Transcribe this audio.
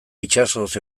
itsasoz